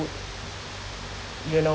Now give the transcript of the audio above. you know